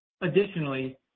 Additionally